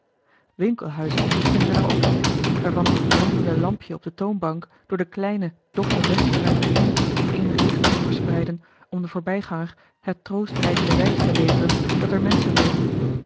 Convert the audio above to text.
winkelhuizen vindt men er ook niet waarvan nog het walmende lampje op de toonbank door de kleine doflfe vensterruiten heen eenig licht kon verspreiden om den voorbijganger het troostelijke bewijs te leveren dat er menschen wonen